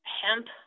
hemp